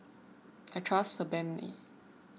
I trust Sebamed